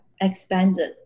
expanded